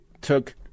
took